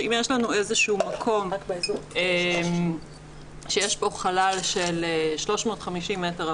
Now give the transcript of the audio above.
אם יש לנו מקום שיש בו חלל של 350 מ"ר,